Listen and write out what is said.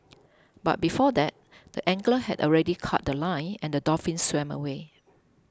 but before that the angler had already cut The Line and the dolphin swam away